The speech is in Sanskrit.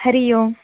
हरिः ओं